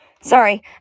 Sorry